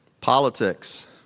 Politics